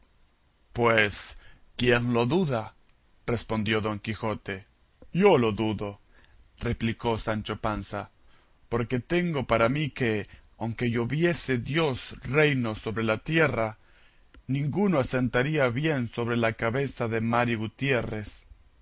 pues quién lo duda respondió don quijote yo lo dudo replicó sancho panza porque tengo para mí que aunque lloviese dios reinos sobre la tierra ninguno asentaría bien sobre la cabeza de mari gutiérrez